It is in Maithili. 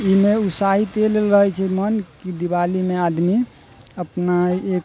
एहिमे उत्साहित अइ लेल रहै छै मन की दिवालीमे आदमी अपना एक